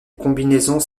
combinaisons